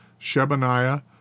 Shebaniah